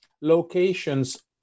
locations